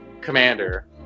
commander